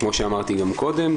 כמו שאמרתי גם קודם,